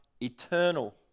eternal